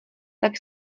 tak